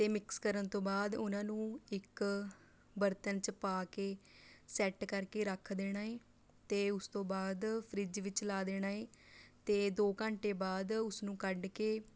ਅਤੇ ਮਿਕਸ ਕਰਨ ਤੋਂ ਬਾਅਦ ਉਹਨਾਂ ਨੂੰ ਇੱਕ ਬਰਤਨ 'ਚ ਪਾ ਕੇ ਸੈੱਟ ਕਰਕੇ ਰੱਖ ਦੇਣਾ ਏ ਅਤੇ ਉਸ ਤੋਂ ਬਾਅਦ ਫਰਿੱਜ ਵਿੱਚ ਲਾ ਦੇਣਾ ਏ ਅਤੇ ਦੋ ਘੰਟੇ ਬਾਅਦ ਉਸਨੂੰ ਕੱਢ ਕੇ